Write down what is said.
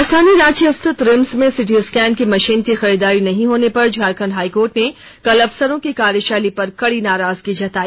राजधानी रांची स्थित रिम्स में सीटी स्कैन की मशीन की खरीदारी नहीं होने पर झारखंड हाईकोर्ट ने कल अफसरों की कार्यशैली पर कड़ी नाराजगी जताई